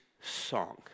song